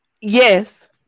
Yes